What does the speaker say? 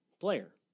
player